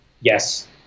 Yes